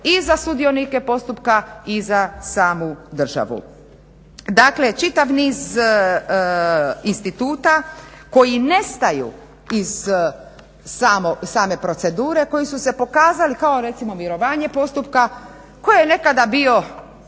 i za sudionike postupka i za samu državu. Dakle, čitav niz instituta koji nestaju iz same procedure, koji su se pokazali kao recimo mirovanje postupka koji je nekada bio